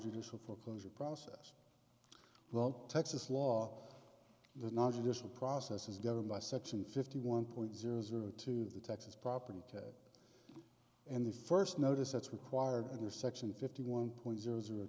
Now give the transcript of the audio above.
judicial foreclosure process well texas law the non judicial process is governed by section fifty one point zero zero two the texas property tax and the first notice that's required under section fifty one point zero zero